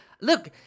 look